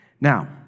Now